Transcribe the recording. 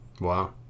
Wow